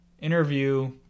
interview